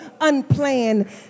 unplanned